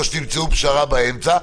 או שתמצאו פשרה באמצע,